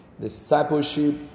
Discipleship